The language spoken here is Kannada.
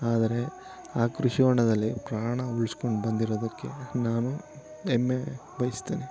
ಆದರೆ ಆ ಕೃಷಿ ಹೊಂಡದಲ್ಲಿ ಪ್ರಾಣ ಉಳ್ಸ್ಕೊಂಡು ಬಂದಿರೋದಕ್ಕೆ ನಾನು ಎಮ್ಮೆ ಬಯಸ್ತೇನೆ